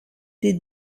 des